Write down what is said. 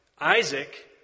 Isaac